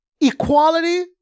equality